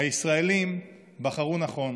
הישראלים בחרו נכון.